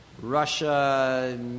Russia